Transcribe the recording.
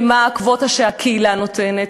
ומה הקווטה שהקהילה נותנת?